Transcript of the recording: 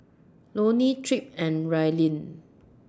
Loney Tripp and Raelynn